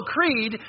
Creed